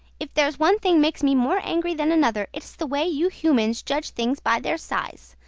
if there's one thing makes me more angry than another, it is the way you humans judge things by their size.